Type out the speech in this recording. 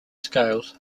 scales